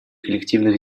коллективных